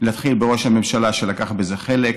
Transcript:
להתחיל בראש הממשלה שלקח בזה חלק,